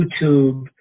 youtube